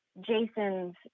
Jason's